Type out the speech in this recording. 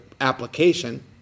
application